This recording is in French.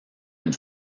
une